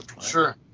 Sure